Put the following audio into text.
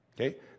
Okay